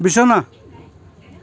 বিছনা